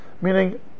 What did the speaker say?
Meaning